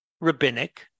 rabbinic